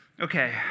okay